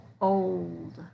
old